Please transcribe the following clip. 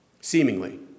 Seemingly